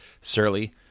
Surly